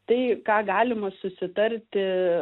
tai ką galima susitarti